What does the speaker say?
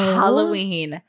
halloween